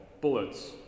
bullets